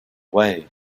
way